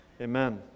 Amen